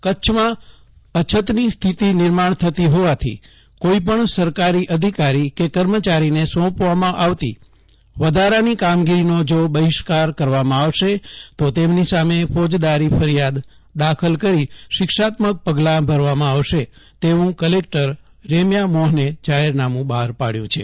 જયદીપ વૈશ્નવ અછત કામગીરી જાહેરનામુ કચ્છમાં અછતની સ્થિતિ નિર્માણ થતી હોવાથી કોઇપણ સરકારી અધિકારી કે કર્મચારીને સોંપવામાં આવતી વધારાની કામગીરીનો જો બહિષ્કાર કરવામાં આવશે તો તેમની સામે ફોજદારી ફરિયાદ દાખલ કરી શિક્ષાત્મક પગલાં ભરવામાં આવશે તેવું કલેક્ટર રેમ્યા મોહને જાહેરનામું બહાર પાડ્યું છે